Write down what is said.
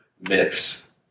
myths